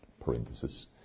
parenthesis